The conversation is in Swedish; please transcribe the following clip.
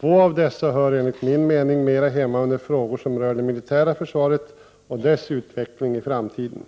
Två av dessa hör enligt min mening mera hemma under frågor som rör det militära försvaret och dess utveckling i framtiden.